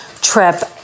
trip